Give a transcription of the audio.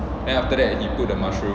then after that he put the mushroom